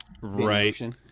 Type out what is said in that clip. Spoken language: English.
Right